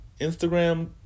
Instagram